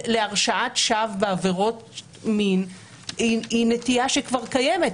להרשעת שווא בעבירות מין היא נטייה שכבר קיימת.